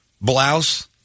blouse